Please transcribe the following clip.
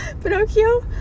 Pinocchio